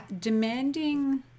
demanding